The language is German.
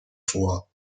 vor